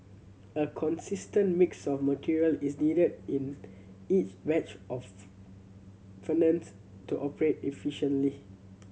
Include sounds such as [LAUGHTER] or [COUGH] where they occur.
a consistent mix of material is needed in each batch of [UNINTELLIGIBLE] furnace to operate efficiently